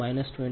320 p